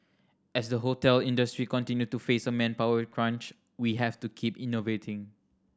as the hotel industry continue to face a manpower crunch we have to keep innovating